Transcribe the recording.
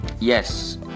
yes